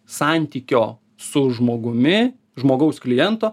santykio su žmogumi žmogaus kliento